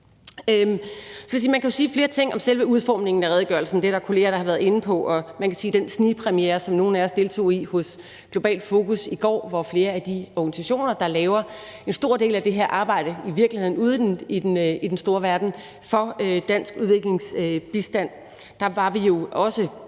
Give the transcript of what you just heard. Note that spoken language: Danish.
Man kan jo sige flere ting om selve udformningen af redegørelsen. Det er der kolleger, der har været inde på, og i den snigpremiere, som nogle af os deltog i hos Globalt Fokus i går, hvor flere af de organisationer, der i virkeligheden laver en stor del af det her arbejde ude i den store verden for dansk udviklingsbistand, deltog, var vi jo også